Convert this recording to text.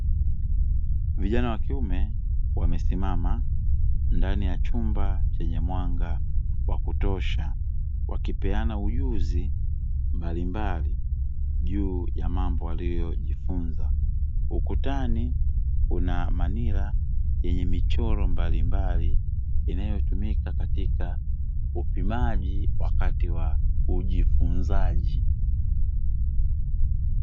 Vijana wa kiume wamesimama ndani ya chumba chenye mwanga wa kutosha, wakipeana ujuzi mbalimbali juu ya mambo waliyojifunza. Ukutani kuna manila yenye michoro mbalimbali inayotumika katika upimaji wakati wa ujifunzaji.